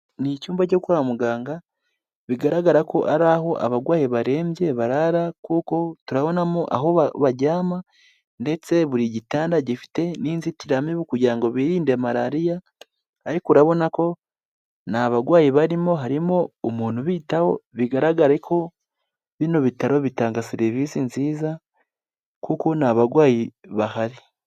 Ni icyumba cyo kwa muganga bigaragara ko ari aho abarwayi barembye barara, kuko turabonamo aho baryama. Ndetse buri gitanda gifite n'inzitiramibu kugira ngo birinde malariya ariko urabona ko nt'abarwayi barimo harimo umuntu ubitaho bigaragare ko bino bitaro bitanga serivisi nziza kuko nta barwayi bahari.